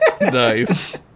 Nice